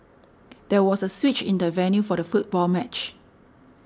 there was a switch in the venue for the football match